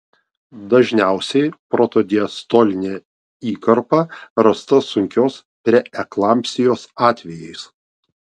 dažniausiai protodiastolinė įkarpa rasta sunkios preeklampsijos atvejais